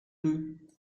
deux